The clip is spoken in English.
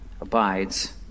abides